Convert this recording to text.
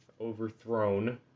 overthrown